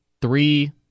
three